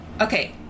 Okay